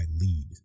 lead